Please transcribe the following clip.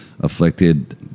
afflicted